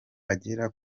agera